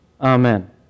Amen